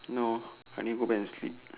no I need go back and sleep